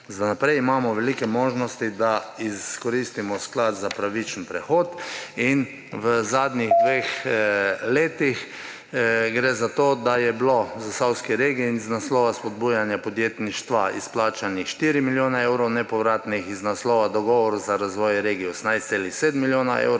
Za naprej imamo velike možnosti, da izkoristimo sklad za pravični prehod. V zadnjih dveh letih gre za to, da je bilo zasavski regiji in z naslova spodbujanja podjetništva izplačanih 4 milijone evrov nepovratnih, z naslova dogovor za razvoj regije – 18,7 milijona evrov,